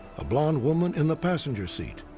a blonde woman in the passenger seat.